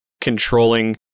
controlling